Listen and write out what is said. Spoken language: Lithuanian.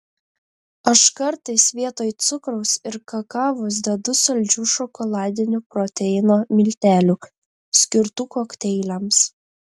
aš kartais vietoj cukraus ir kakavos dedu saldžių šokoladinių proteino miltelių skirtų kokteiliams